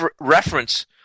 reference